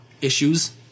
issues